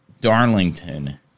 Darlington